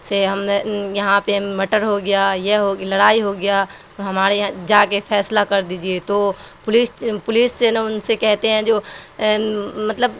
سے ہم یہاں پہ مٹر ہو گیا یہ ہو لڑائی ہو گیا تو ہمارے یہاں جا کے فیصلہ کر دیجیے تو پولیش پولیس سے نا ان سے کہتے ہیں جو مطلب